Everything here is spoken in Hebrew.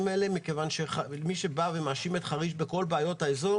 האלה כיוון שמי שמאשים את חריש בכל בעיות האזור